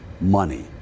money